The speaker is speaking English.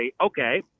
Okay